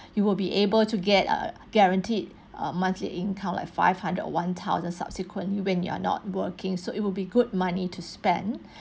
you will be able to get uh guaranteed uh monthly income like five hundred or one thousand subsequently when you're not working so it will be good money to spend